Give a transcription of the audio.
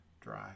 dry